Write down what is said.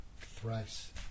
thrice